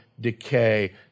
decay